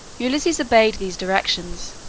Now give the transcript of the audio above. ulysses obeyed these directions.